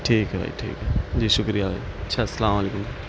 ٹھیک ہے بھائی ٹھیک ہے جی شکریہ بھائی اچھا السلام علیکم